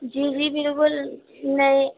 جی جی بالکل نہیں